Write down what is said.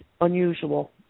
unusual